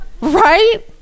right